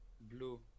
Blue